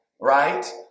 right